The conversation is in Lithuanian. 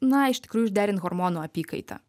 na iš tikrųjų išderint hormonų apykaitą